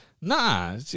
Nah